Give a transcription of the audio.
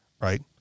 right